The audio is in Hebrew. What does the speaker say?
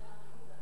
נתקבל.